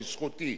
בזכותי.